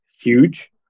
huge